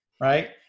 right